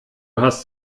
hast